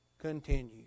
continue